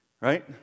right